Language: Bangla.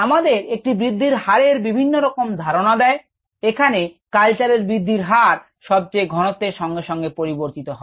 আমাদের একটি বৃদ্ধির হারের বিভিন্ন রকম ধারণা দেয় এখানে কালচারের বৃদ্ধির হার ঘনত্বের সঙ্গে সঙ্গে পরিবর্তিত হয়